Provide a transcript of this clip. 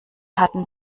hatten